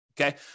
okay